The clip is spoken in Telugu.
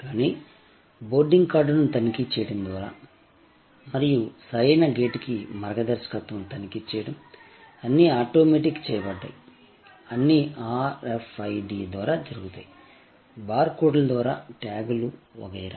కానీ బోర్డింగ్ కార్డును తనిఖీ చేయడం మరియు సరైన గేట్కి మార్గదర్శకత్వం తనిఖీ చేయడం అన్నీ ఆటోమేటెడ్ చేయబడ్డాయి అన్నీ RFID ద్వారా జరుగుతాయి బార్కోడ్ల ద్వారా ట్యాగ్లు వగైరా